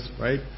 right